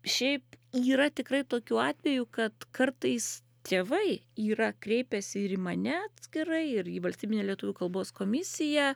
šiaip yra tikrai tokių atvejų kad kartais tėvai yra kreipęsi ir į mane atskirai ir į valstybinę lietuvių kalbos komisiją